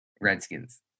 Redskins